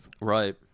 Right